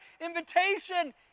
invitation